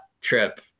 trip